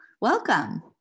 welcome